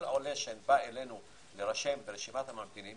כל עולה שבא אלינו להירשם ברשימת הממתינים,